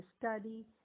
study